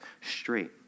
straight